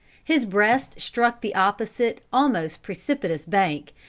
his breast struck the opposite almost precipitous bank,